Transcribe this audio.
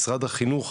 משרד החינוך,